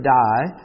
die